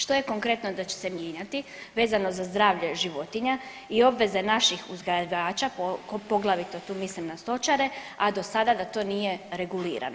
Što je konkretno da će se mijenjati vezano za zdravlje životinja i obveze naših uzgajivača poglavito tu mislim na stočare, a dosada da to nije regulirano?